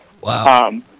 Wow